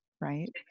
Right